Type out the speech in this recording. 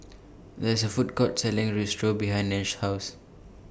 There IS A Food Court Selling Risotto behind Nash's House